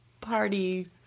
party